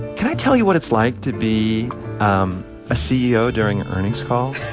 can i tell you what it's like to be um a ceo during an earnings call?